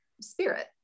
spirit